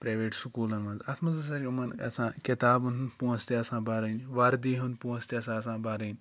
private سکوٗلَن منٛز اَتھ منٛز ہَسا چھِ یِمَن گَژھان کِتابَن ہُنٛد پونٛسہٕ تہِ آسان بَرٕنۍ وَردی ہُنٛد پونٛسہٕ تہِ آسان آسان بَرٕنۍ